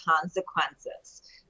consequences